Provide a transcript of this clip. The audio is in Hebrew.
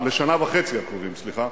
לשנה וחצי הקרובות, סליחה,